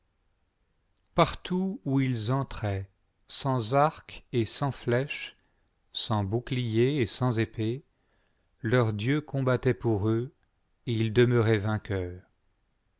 partout où ils entraient sans arc et sans flèche sans bouclier et sans épée leur dieu combattait pour eux et il demeurait vainqueur